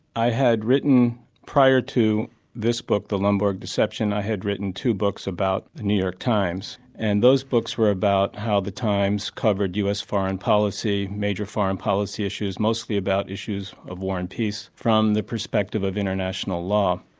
i had written. prior to this book, the lomborg deception, i had written two books about the new york times and those books were about how the times covered us foreign policy, major foreign policy issues, mostly about issues of war and peace, from the perspective of international law.